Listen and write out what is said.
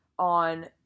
on